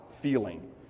feeling